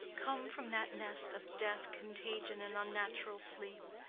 come from that nest of death, contagion, and unnatural sleep.